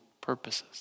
purposes